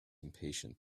impatient